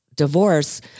divorce